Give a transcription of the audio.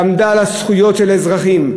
עמדה על הזכויות של אזרחים,